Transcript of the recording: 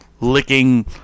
licking